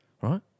right